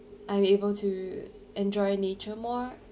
I'm able to enjoy nature more